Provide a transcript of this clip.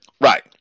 Right